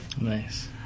Nice